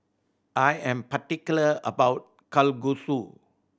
I am particular about Kalguksu